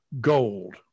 gold